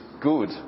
good